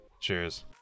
Cheers